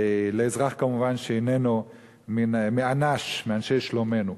כמובן לאזרח שאיננו מאנ"ש, מאנשי שלומנו.